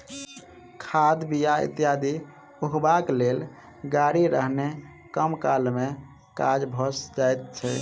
खाद, बीया इत्यादि उघबाक लेल गाड़ी रहने कम काल मे काज भ जाइत छै